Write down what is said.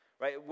Right